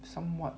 somewhat